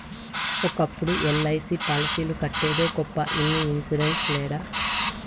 ఒకప్పుడు ఎల్.ఐ.సి పాలసీలు కట్టేదే గొప్ప ఇన్ని ఇన్సూరెన్స్ లేడ